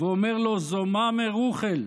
ואומר לו: זו מאמע רוחל.